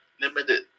limited